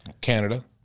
Canada